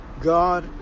God